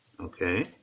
Okay